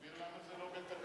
תסביר למה זה לא בתקנון,